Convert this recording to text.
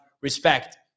Respect